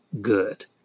good